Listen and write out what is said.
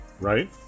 right